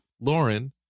Lauren